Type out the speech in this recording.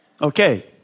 Okay